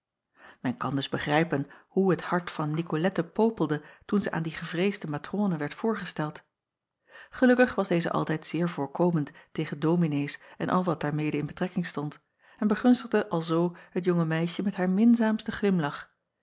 en kan dus begrijpen hoe het hart van icolette popelde toen zij aan die gevreesde matrone werd voorgesteld elukkig was deze altijd zeer voorkomend tegen ominees en al wat daarmede in betrekking stond en begunstigde alzoo het jonge meisje met haar minzaamsten glimlach